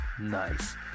Nice